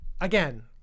Again